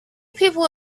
people